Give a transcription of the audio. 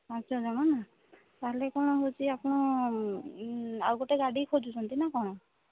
ପାଞ୍ଚ ଜଣ ନା ତା'ହେଲେ କ'ଣ ହେଉଛି ଆପଣ ଆଉ ଗୋଟେ ଗାଡ଼ି ଖୋଜୁଛନ୍ତି ନା କ'ଣ